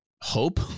hope